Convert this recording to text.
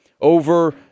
over